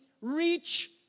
reach